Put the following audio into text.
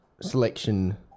selection